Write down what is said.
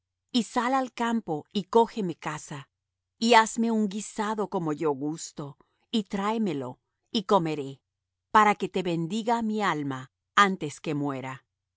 y sal al campo y cógeme caza y hazme un guisado como yo gusto y tráeme lo y comeré para que te bendiga mi alma antes que muera